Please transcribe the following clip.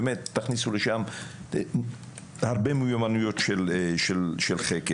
שבאמת תכניסו לשם הרבה מיומנויות של חקר.